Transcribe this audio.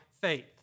faith